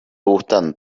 gustan